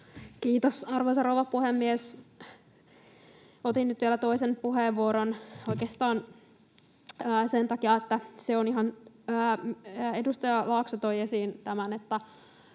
Kiitos, arvoisa rouva puhemies! Otin nyt vielä toisen puheenvuoron oikeastaan sen takia, että se on ihan… Edustaja Laakso toi esiin tämän, että